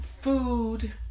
food